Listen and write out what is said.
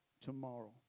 tomorrow